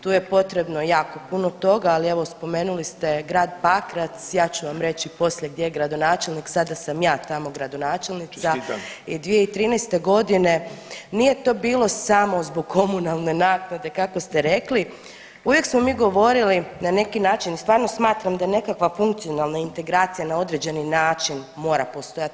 Tu je potrebno jako puno toga ali evo spomenuli ste grad Pakrac, ja ću vam reći poslije gdje je gradonačelnik sada sam ja tamo gradonačelnica [[Upadica: Čestitam.]] i 2013. godine nije to bilo samo zbog komunalne naknade kako ste rekli, uvijek smo mi govorili na neki način i stvarno smatram da nekakva punkcionalna integracija na određeni način mora postojati.